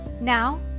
Now